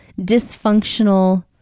dysfunctional